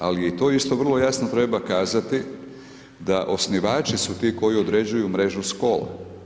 Ali i tu isto vrlo jasno treba kazati da osnivači su ti koji određuju mrežu škola.